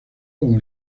como